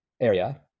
area